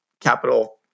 capital